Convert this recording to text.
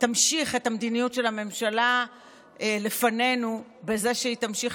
תמשיך את המדיניות של הממשלה לפנינו בזה שהיא תמשיך